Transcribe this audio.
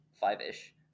five-ish